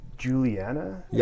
Juliana